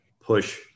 push